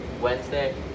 Wednesday